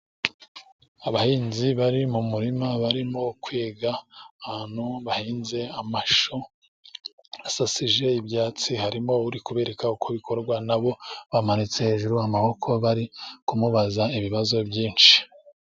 Abahinzi bari mu murima barimo kwiga. Ahantu bahinze amashu asasije ibyatsi, harimo uri kubereka uko bikorwa na bo bamanitse hejuru amaboko bari kumubaza ibibazo byinshi.